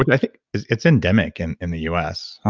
but i think it's endemic and in the u s.